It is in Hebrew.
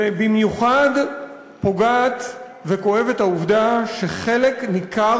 ובמיוחד פוגעת וכואבת העובדה שחלק ניכר